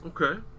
Okay